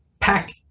packed